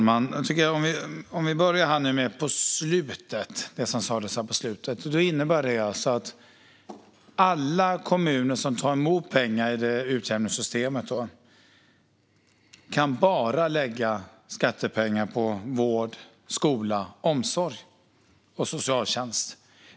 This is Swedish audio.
Fru talman! Det som sas på slutet innebär alltså att alla kommuner som tar emot pengar i utjämningssystemet bara kan lägga skattepengar på vård, skola, omsorg och socialtjänst.